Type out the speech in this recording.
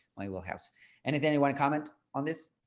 my wheelhouse and if and you want to comment on this